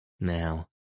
Now